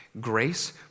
Grace